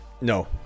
No